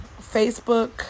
Facebook